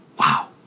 Wow